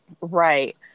right